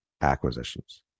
acquisitions